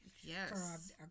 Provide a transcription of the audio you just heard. Yes